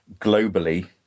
globally